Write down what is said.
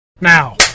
Now